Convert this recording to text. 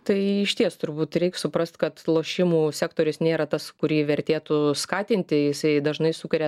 tai išties turbūt reik suprast kad lošimų sektorius nėra tas kurį vertėtų skatinti jisai dažnai sukuria